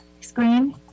screen